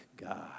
God